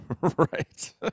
right